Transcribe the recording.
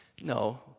No